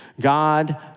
God